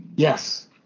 Yes